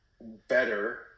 better